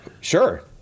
Sure